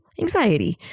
anxiety